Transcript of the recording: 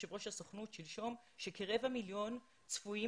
מיושב ראש הסוכנות שלשום שכרבע מיליון צפויים